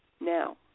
now